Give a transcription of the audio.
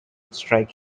strike